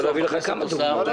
אני יכול להביא לך כמה דוגמאות.